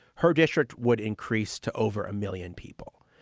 her district would increase to over a million people.